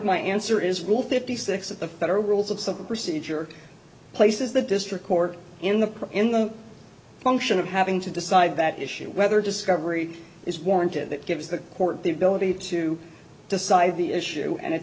my answer is rule fifty six of the federal rules of civil procedure places the district court in the pro in the function of having to decide that issue whether discovery is warranted that gives the court the ability to decide the issue and it